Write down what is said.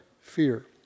fear